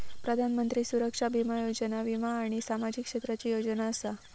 प्रधानमंत्री सुरक्षा बीमा योजना वीमा आणि सामाजिक क्षेत्राची योजना असा